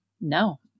no